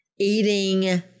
eating